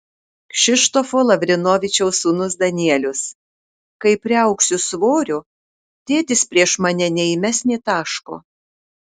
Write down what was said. kšištofo lavrinovičiaus sūnus danielius kai priaugsiu svorio tėtis prieš mane neįmes nė taško